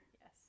Yes